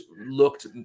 looked